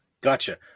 Gotcha